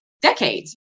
decades